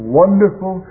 wonderful